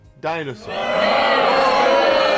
Dinosaur